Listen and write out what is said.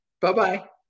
Bye-bye